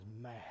mad